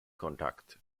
conduct